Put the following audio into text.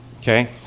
Okay